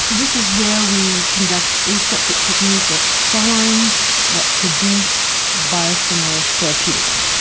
this is where we conduct aseptic technique of cell lines that produce biosimilar therapeutics.